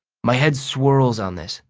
my head swirls on this,